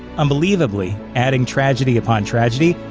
unbelievably, adding tragedy upon tragedy,